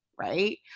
Right